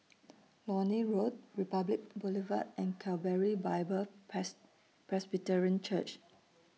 Lornie Road Republic Boulevard and Calvary Bible Pres Presbyterian Church